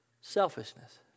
Selfishness